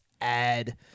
add